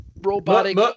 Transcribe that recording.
robotic